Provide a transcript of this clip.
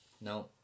No